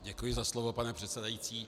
Děkuji za slovo, pane předsedající.